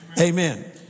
Amen